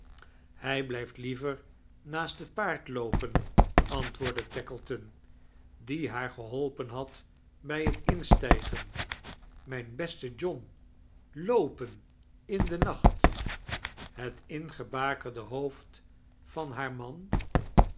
hij blijft mever naast het paard loopen antwoordde tackleton die haar geholpen had bij het instijgen mijn beste john loopen in den nacht het ingebakerde hoofd van haar man